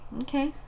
Okay